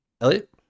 Elliot